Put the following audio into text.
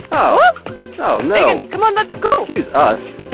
oh oh no come on lets go. excuse us.